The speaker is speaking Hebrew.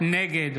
נגד